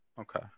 okay